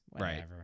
Right